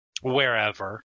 wherever